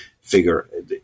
figure